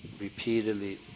repeatedly